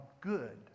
good